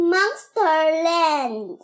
Monsterland